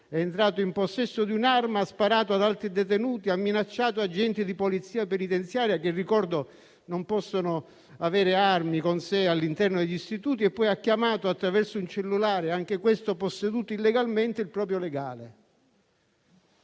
è entrato in possesso di un'arma, ha sparato ad altri detenuti, ha minacciato agenti di polizia penitenziaria (che - lo ricordo - non possono avere armi con loro all'interno degli istituti) e poi ha chiamato - attraverso un cellulare, anch'esso posseduto illegalmente - il proprio legale.